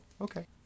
Okay